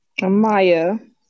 Amaya